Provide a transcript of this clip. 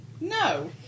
No